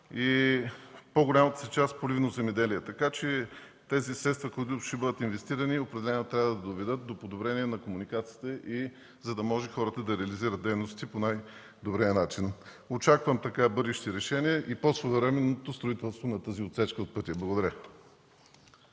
в по-голямата си част поливно земеделие. Така че тези средства, които ще бъдат инвестирани, определено трябва да доведат до подобряване на комуникацията, за да може хората да реализират дейностите по най-добрия начин. Очаквам бъдещи решения и по-своевременното строителство на тази отсечка от пътя. Благодаря.